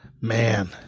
Man